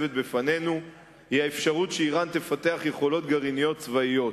היא האפשרות שאירן תפתח יכולות גרעיניות צבאיות.